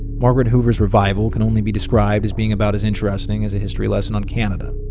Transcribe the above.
margaret hoover's revival can only be described as being about as interesting as a history lesson on canada.